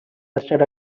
rested